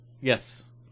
Yes